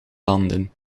landen